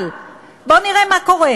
אבל בואו נראה מה קורה.